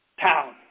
town